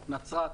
נצרת,